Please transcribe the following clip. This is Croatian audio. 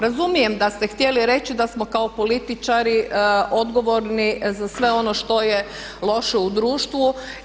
Razumijem da ste htjeli reći da smo kao političari odgovorni za sve ono što je loše u društvu.